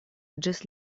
ĝis